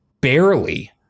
barely